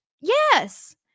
Yes